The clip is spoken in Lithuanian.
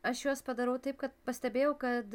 aš juos padarau taip kad pastebėjau kad